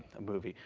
the movie.